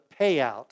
payout